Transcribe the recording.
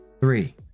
Three